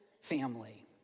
family